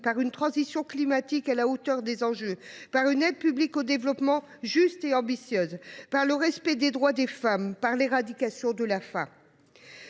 et une transition climatique à la hauteur des enjeux, développer une aide publique au développement juste et ambitieuse, exiger le respect des droits des femmes et éradiquer la faim.